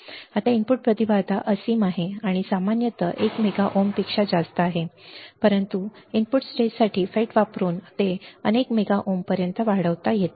आता इनपुट प्रतिबाधा असीम आहे आणि सामान्यत एक मेगा ओम पेक्षा जास्त आहे परंतु इनपुट स्टेजसाठी FETs वापरून ते अनेक मेगा ओम पर्यंत वाढवता येते